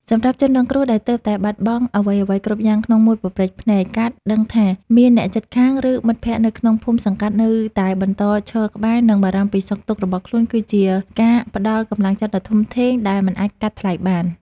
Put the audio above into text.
សម្រាប់ជនរងគ្រោះដែលទើបតែបាត់បង់អ្វីៗគ្រប់យ៉ាងក្នុងមួយប៉ព្រិចភ្នែក ការដឹងថាមានអ្នកជិតខាង ឬមិត្តភក្តិនៅក្នុងភូមិសង្កាត់នៅតែបន្តឈរក្បែរ និងបារម្ភពីសុខទុក្ខរបស់ខ្លួន គឺជាការផ្ដល់កម្លាំងចិត្តដ៏ធំធេងដែលមិនអាចកាត់ថ្លៃបាន។